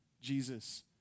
Jesus